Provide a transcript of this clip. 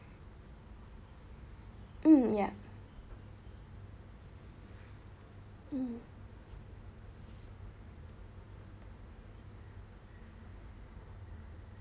mm yup mm